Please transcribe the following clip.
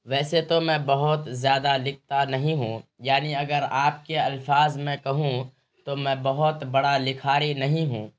ویسے تو میں بہت زیادہ لکھتا نہیں ہوں یعنی اگر آپ کے الفاظ میں کہوں تو میں بہت بڑا لکھاری نہیں ہوں